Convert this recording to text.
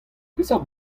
peseurt